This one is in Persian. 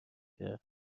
کرد